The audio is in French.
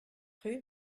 rue